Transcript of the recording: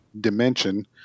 dimension